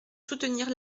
soutenir